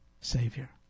Savior